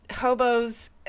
hobos